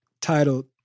titled